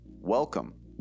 Welcome